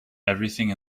everything